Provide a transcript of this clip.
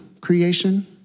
creation